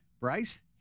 Bryce